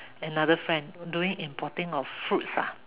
another friend doing importing of fruits ah